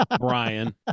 Brian